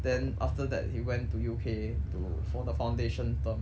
then after that he went to U_K to for the foundation term